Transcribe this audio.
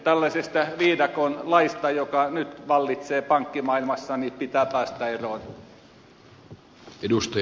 tällaisesta viidakon laista joka nyt vallitsee pankkimaailmassa pitää päästä eroon